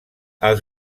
els